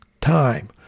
time